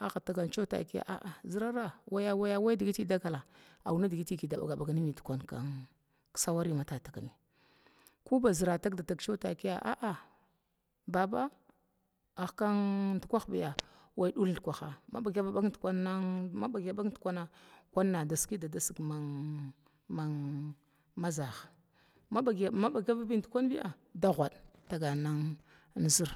Agga tagan ciwa takiya a'a zərara waya waya digiti dagala aunidigiti kida bagna nimya dikwan kin sawariya ma tatakamiya kuba zəra tagda tag cewa takiya, a'a baba ahkan dukwuh biya wai dul dikwaha ina bagya bag kidgi dikuha ma bagya bag digit dikwan da sikida dasiga na saha ma baga vabi dikun biya da gud tagan nin zər,